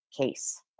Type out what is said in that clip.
case